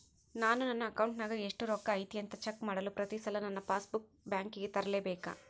ನಾನು ನನ್ನ ಅಕೌಂಟಿನಾಗ ಎಷ್ಟು ರೊಕ್ಕ ಐತಿ ಅಂತಾ ಚೆಕ್ ಮಾಡಲು ಪ್ರತಿ ಸಲ ನನ್ನ ಪಾಸ್ ಬುಕ್ ಬ್ಯಾಂಕಿಗೆ ತರಲೆಬೇಕಾ?